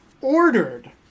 ordered